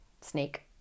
Snake